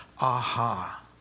aha